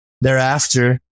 thereafter